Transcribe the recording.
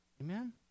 Amen